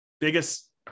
biggest